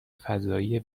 فضایی